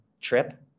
trip